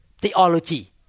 theology